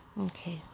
Okay